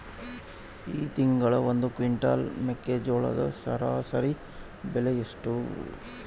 ಈ ತಿಂಗಳ ಒಂದು ಕ್ವಿಂಟಾಲ್ ಮೆಕ್ಕೆಜೋಳದ ಸರಾಸರಿ ಬೆಲೆ ಎಷ್ಟು?